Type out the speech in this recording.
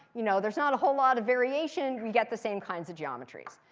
you know there's not a whole lot of variation. we get the same kinds of geometries.